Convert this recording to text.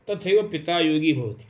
तथैव पिता योगी भवति